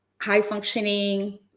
high-functioning